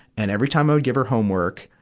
and every time i would give her homework,